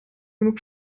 genug